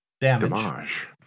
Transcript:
damage